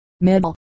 middle